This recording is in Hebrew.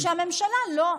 לא,